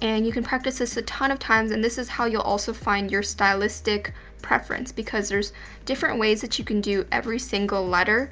and you can practice this a ton of times, and this is how you'll also find your stylistic preference because there's different ways that you can do every single letter